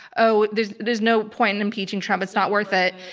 oh, there's there's no point in impeaching trump. it's not worth it.